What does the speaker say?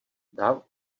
dál